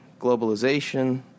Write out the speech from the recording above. globalization